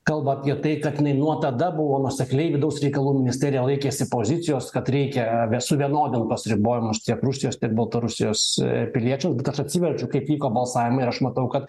kalba apie tai kad jinai nuo tada buvo nuosekliai vidaus reikalų ministerija laikėsi pozicijos kad reikia suvienodint tuos ribojimus tiek rusijos tiek baltarusijos piliečių atsiverčiu kaip vyko balsavimai aš matau kad